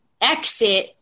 exit